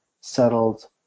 settled